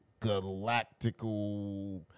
galactical